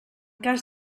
cas